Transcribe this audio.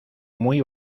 muy